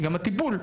שגם הטיפול,